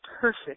perfect